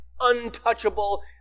untouchable